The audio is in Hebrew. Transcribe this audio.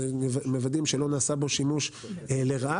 ומוודאים שלא נעשה בו שימוש לרעה,